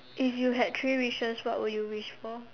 if you had three wishes what would you wish for